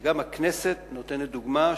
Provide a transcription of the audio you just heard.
שגם הכנסת נותנת דוגמה,